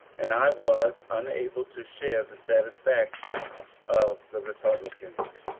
and i was unable to share the satisfaction of the eepublicans,